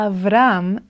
Avram